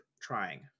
trying